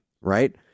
right